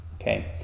Okay